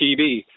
TV